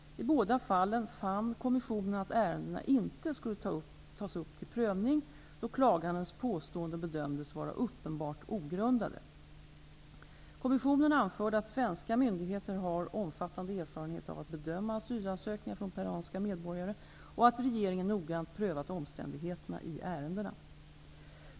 I båda fallen fann kommissionen att ärendena inte skulle tas upp till prövning, då klagandenas påståenden bedömdes vara uppenbart ogrundade. Kommissionen anförde att svenska myndigheter har omfattande erfarenhet av att bedöma asylansökningar från peruanska medborgare och att regeringen noggrant prövat omständigheterna i ärendena.